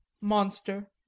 Monster